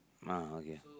ah okay